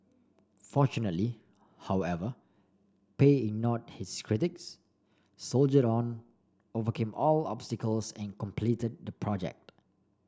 fortunately however Pei ignored his critics soldiered on overcame all obstacles and completed the project